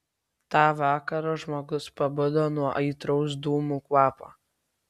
tą vakarą žmogus pabudo nuo aitraus dūmų kvapo